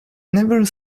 never